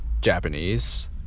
Japanese